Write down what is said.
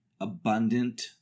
abundant